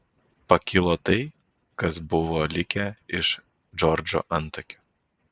pakilo tai kas buvo likę iš džordžo antakių